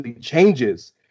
changes